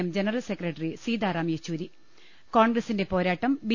M general secretary Sitaram Yechury കോൺഗ്രസിന്റെ പോരാട്ടം B